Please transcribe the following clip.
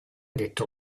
detto